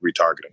retargeting